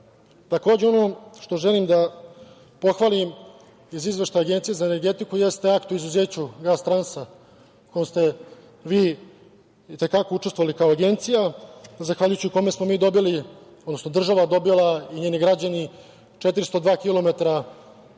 ono što želim da pohvalim iz Izveštaja Agencije za energetiku jeste akt o izuzeću „Gastransa“ u kom ste vi i te kako učestvovali kao Agencija, zahvaljujući u kome smo mi dobili, odnosno država dobila i njeni građani 402 km gasovoda